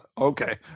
okay